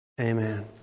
Amen